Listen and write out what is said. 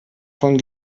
von